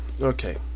Okay